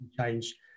change